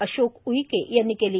अशोक उईके यांनी केली